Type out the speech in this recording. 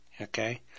Okay